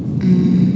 mm